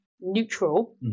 neutral